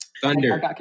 Thunder